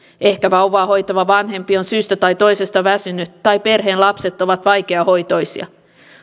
ehkä vauvaa hoitava vanhempi on syystä tai toisesta väsynyt tai perheen lapset ovat vaikeahoitoisia